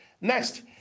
Next